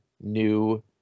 new